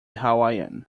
hawaiian